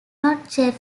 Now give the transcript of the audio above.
not